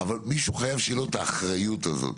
אבל, חובה שיהיה מישהו שתהיה לו האחריות הזאת.